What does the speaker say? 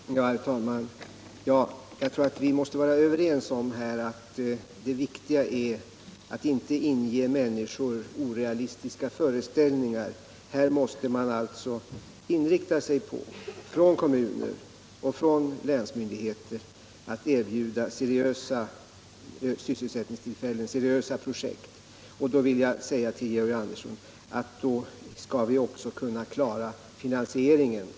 Herr talman! Jag tror att vi måste vara överens om att det viktiga är att inte inge människor orealistiska föreställningar. Kommuner och länsmyndigheter måste inrikta sig på att erbjuda seriösa sysselsättningstillfällen och projekt, och jag vill säga till Georg Andersson att då skall vi också kunna klara finansieringen.